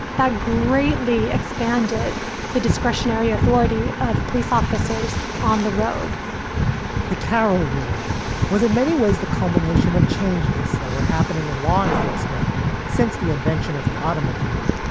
that greatly expanded the discretionary authority of police officers on the road the carroll ruling was in many ways the culmination of changes that were happening in law enforcement since the invention of the automobile.